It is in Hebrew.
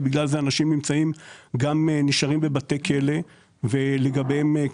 בגלל זה אנשים גם נשארים בבתי כלא כי בלי